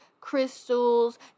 crystals